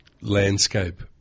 landscape